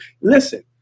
Listen